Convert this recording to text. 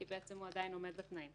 כי הוא עדיין עומד בתנאים.